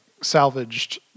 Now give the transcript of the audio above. salvaged